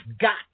got